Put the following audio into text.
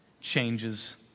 changes